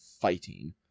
fighting